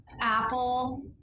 Apple